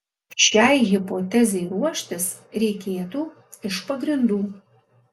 šiai hipotezei ruoštis reikėtų iš pagrindų